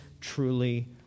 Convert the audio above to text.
truly